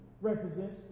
represents